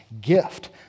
gift